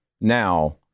now